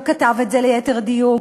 הוא כתב את זה ליתר דיוק,